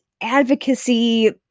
advocacy